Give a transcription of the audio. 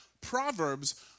Proverbs